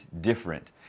different